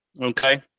Okay